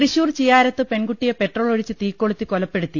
തൃശൂർ ചിയാരത്ത് പെൺകുട്ടിയെ പെട്രോളൊഴിച്ച് തീ കൊളുത്തി കൊലപ്പെടുത്തി